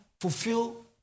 fulfill